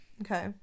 Okay